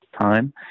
time